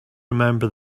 remember